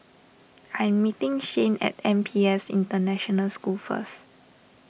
I am meeting Shayne at N P S International School first